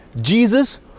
Jesus